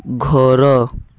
ଘର